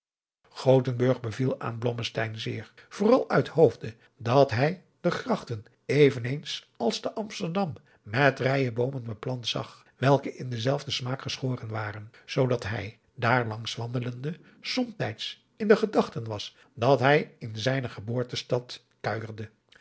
gothenburg beviel aan blommesteyn zeer vooral uit hoofde dat hij de grachten eveneens als te amsterdam met rijen boomen beplant zag welke in denzelfden smaak geschoren waren zoodat hij daar langs wandelende somtijds in de gedachten was dat hij in zijne geboortestad kuijerde